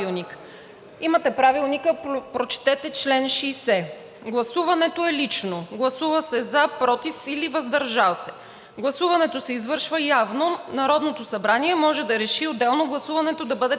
Имате Правилника, прочетете чл. 60: „Гласуването е лично, гласува се „за“, „против“ или „въздържал се“. Гласуването се извършва явно, Народното събрание може да реши отделно гласуването да бъде тайно.